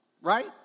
right